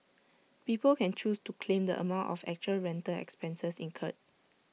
people can choose to claim the amount of actual rental expenses incurred